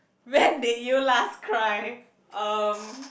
when did you last cry um